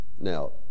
Now